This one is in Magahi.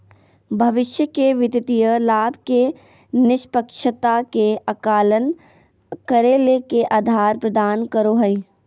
भविष्य के वित्तीय लाभ के निष्पक्षता के आकलन करे ले के आधार प्रदान करो हइ?